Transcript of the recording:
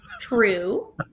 True